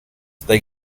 they